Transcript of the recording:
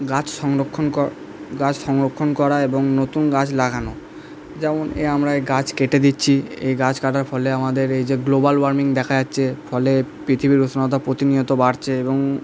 গাছ সংরক্ষণ গাছ সংরক্ষণ করা এবং নতুন গাছ লাগানো যেমন এই আমরা এই গাছ কেটে দিচ্ছি এই গাছ কাটার ফলে আমাদের এই যে গ্লোবাল ওয়ার্মিং দেখা যাচ্ছে ফলে পৃথিবীর উষ্ণতা প্রতিনিয়ত বাড়ছে এবং